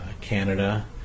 Canada